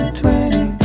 twenty